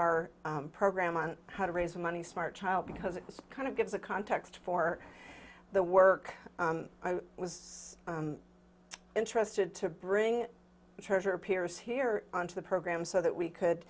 our program on how to raise money smart child because it was kind of gives a context for the work i was interested to bring the treasurer appears here on to the program so that we could